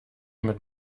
mit